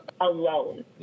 alone